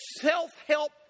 self-help